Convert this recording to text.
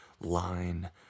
line